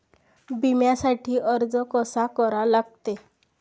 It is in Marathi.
बिम्यासाठी अर्ज कसा करा लागते?